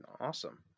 awesome